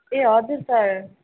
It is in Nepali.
ए हजुर सर